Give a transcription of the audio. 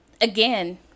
Again